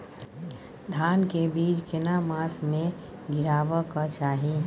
धान के बीज केना मास में गीराबक चाही?